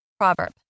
Proverb